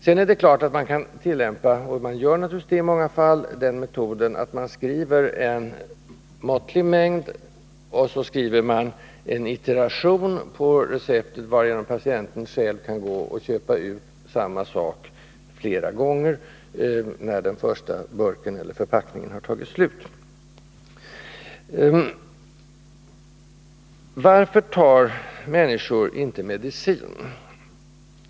Det är klart att man kan tillämpa den metoden — vilket man naturligtvis gör i många fall — att man skriver ut en måttlig mängd och itererar receptet, varigenom patienten själv kan gå och köpa ut samma sak flera gånger när den första burken eller förpackningen har tagit slut. Varför tar människor inte medicin?